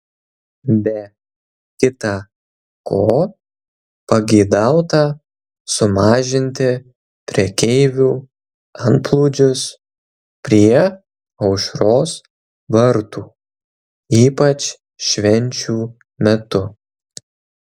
be kita ko pageidauta sumažinti prekeivių antplūdžius prie aušros vartų ypač švenčių metu